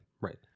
Right